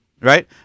Right